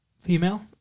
female